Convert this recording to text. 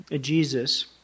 Jesus